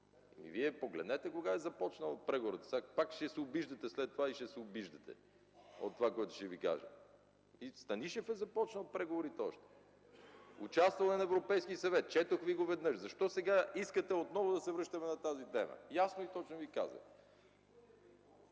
Погледнете кога са започнали преговорите. След това пак ще се обиждате от това, което ще Ви кажа. Още Станишев е започнал преговорите. Участвал е на Европейски съвет. Четох Ви го веднъж. Защо сега искате отново да се връщаме на тази тема?! Ясно и точно Ви казах!